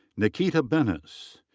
nikita bennis.